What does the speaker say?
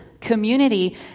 community